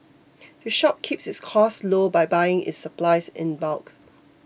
the shop keeps its costs low by buying its supplies in bulk